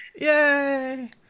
Yay